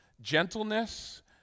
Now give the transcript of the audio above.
Gentleness